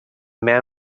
man